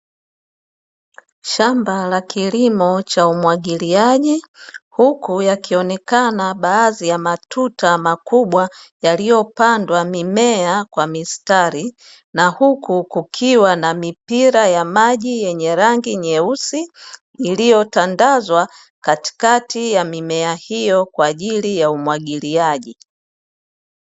Shamba la kilimo cha umwagiliaji huku yakionekana baadhi ya matuta makubwa yaliyopandwa mimea kwa mistari, na huku kukiwa na mipira ya maji yenye rangi nyeusi iliyotandazwa katikati ya mimea hiyo kwa ajili ya umwagiliaji.